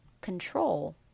control